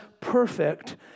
perfect